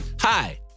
Hi